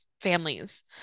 families